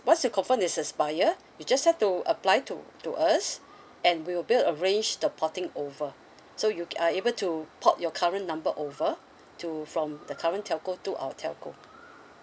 once you confirm is expire you just have to apply to to us and we will be arrange the porting over so you are able to port your current number over to from the current telco to our telco